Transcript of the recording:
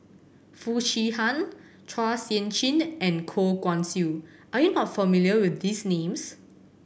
Foo Chee Han Chua Sian Chin and Goh Guan Siew are you not familiar with these names